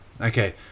okay